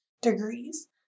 degrees